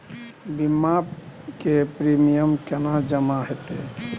बीमा के प्रीमियम केना जमा हेते?